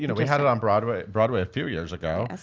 you know we had it on broadway broadway a few years ago.